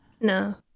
No